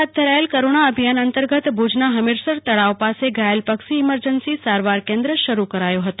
રાજ્યમાં હાથ ધરાયેલ કરુણા અભિયાન અંતર્ગત ભુજના હમીરસર તળાવ પાસે ઘાયલ પક્ષી ઈમરજન્સી સારવાર કેન્દ્ર શરુ કરાયો હતો